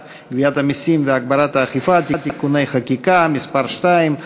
המסים והגברת האכיפה (תיקוני חקיקה) (מס' 2),